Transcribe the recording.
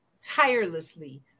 tirelessly